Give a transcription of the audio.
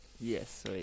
Yes